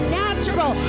natural